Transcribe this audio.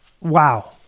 Wow